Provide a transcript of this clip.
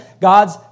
God's